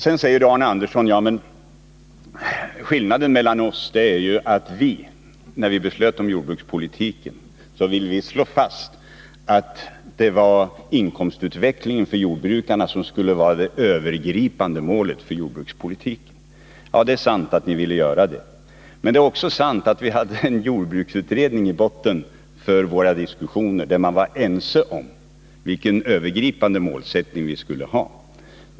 Arne Andersson säger att skillnaden mellan oss är att när man beslöt om jordbrukspolitiken ville ni slå fast att inkomstutvecklingen för jordbrukarna skulle vara det övergripande målet för jordbrukspolitiken. Ja, det är sant att ni ville göra det. Men det är också sant att vi hade en jordbruksutredning i botten för våra diskussioner, där man var ense om vilken övergripande målsättning vi skulle ha.